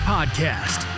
Podcast